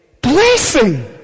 blessing